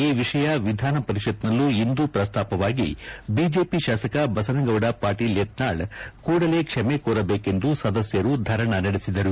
ಈ ವಿಷಯ ವಿಧಾನಪರಿಷತ್ತಿನಲ್ಲೂ ಇಂದೂ ಪ್ರಸ್ತಾಪವಾಗಿ ಬಿಜೆಪಿ ಶಾಸಕ ಬಸನಗೌಡ ಪಾಟೀಲ್ ಯತ್ನಾಳ್ ಕೂಡಲೇ ಕ್ಷಮ ಕೋರಬೇಕೆಂದು ಸದಸ್ಯರು ಧರಣೆ ನಡೆಸಿದರು